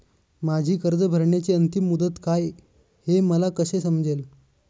माझी कर्ज भरण्याची अंतिम मुदत काय, हे मला कसे समजेल?